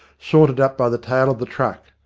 sauntered up by the tail of the truck,